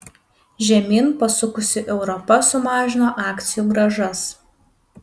žemyn pasukusi europa sumažino akcijų grąžas